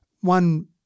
One